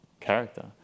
character